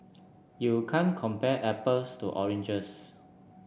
you can't compare apples to oranges